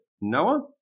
Noah